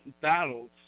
battles